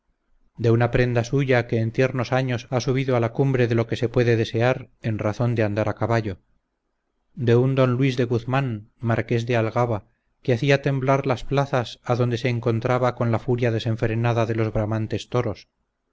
de una prenda suya que en tiernos años ha subido a la cumbre de lo que se puede desear en razón de andar a caballo de un don luis de guzmán marqués del algaba que hacía temblar las plazas a donde se encontraba con la furia desenfrenada de los bramantes toros